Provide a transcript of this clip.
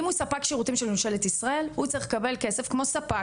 ואם הוא ספק שירותים של ממשלת ישראל הוא צריך לקבל כסף כמו ספק